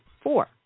four